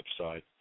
website